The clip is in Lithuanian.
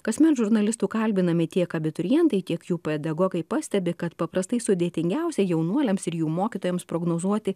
kasmet žurnalistų kalbinami tiek abiturientai tiek jų pedagogai pastebi kad paprastai sudėtingiausia jaunuoliams ir jų mokytojams prognozuoti